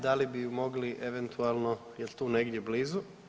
Da li bi ju mogli eventualno jel tu negdje blizu?